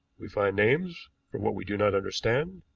we find names for what we do not understand,